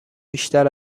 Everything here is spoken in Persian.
بیشتر